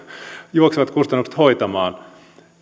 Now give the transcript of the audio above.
juoksevat kustannukset hoitamaan